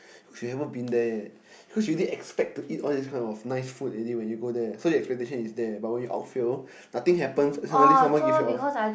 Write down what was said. she haven't been there yet cause she did expect to eat all this kind of nice food any when you go there so the expectation is there but when you outfield nothing happen suddenly someone give you off